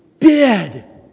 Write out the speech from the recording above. dead